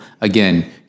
again